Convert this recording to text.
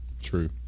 True